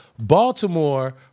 Baltimore